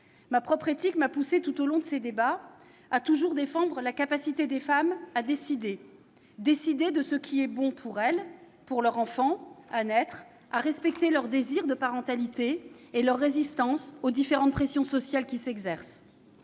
Ma propre éthique m'a poussée à défendre, tout au long des débats, la capacité des femmes à décider de ce qui est bon pour elles et pour leur enfant à naître, à respecter leur désir de parentalité et leur résistance aux différentes pressions sociales qui s'exercent.